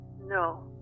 No